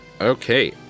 Okay